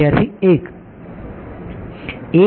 વિદ્યાર્થી 1